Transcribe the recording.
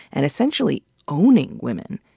and essentially owning, women.